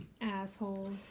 Asshole